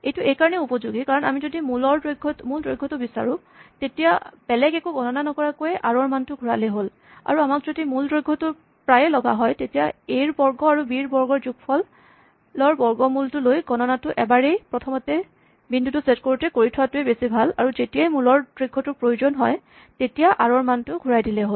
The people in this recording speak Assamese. এইটো এইকাৰণেই উপযোগী কাৰণ আমি যদি মূল দৈৰ্ঘটো বিচাৰো তেতিয়া বেলেগ একো গণনা নকৰাকৈয়ে আৰ ৰ মানটো ঘূৰালেই হ'ল আৰু আমাক যদি মূল দৈৰ্ঘটো প্ৰায়ে লগা হয় তেতিয়া এ ৰ বৰ্গ আৰু বি ৰ বৰ্গৰ যোগফলৰ বৰ্গমূল লৈ গণনাটো এবাৰেই প্ৰথমতেই বিন্দুটো চেট কৰোতেই কৰি থোৱাটোৱেই বেছি ভাল আৰু যেতিয়াই মূলৰ পৰা দৈৰ্ঘটোৰ প্ৰয়োজন হয় তেতিয়া আৰ ৰ মানটো ঘূৰাই দিলেই হয়